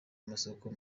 amasoko